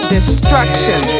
Destruction